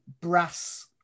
brass